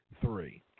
three